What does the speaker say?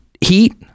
heat